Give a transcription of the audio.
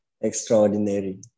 extraordinary